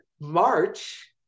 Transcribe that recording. March